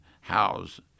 house